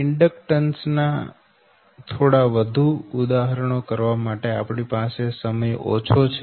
inductance ના થોડા વધુ ઉદાહરણો કરવા માટે આપણી પાસે સમય ઓછો છે